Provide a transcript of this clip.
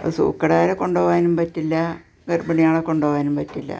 അത് സൂക്കേടുകാരെ കൊണ്ടുപോകാനും പറ്റില്ല ഗര്ഭിണികളെ കൊണ്ടുപോകാനും പറ്റില്ല